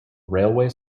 railway